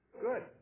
good